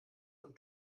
von